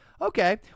Okay